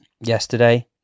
yesterday